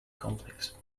complex